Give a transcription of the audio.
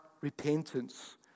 repentance